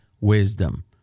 wisdom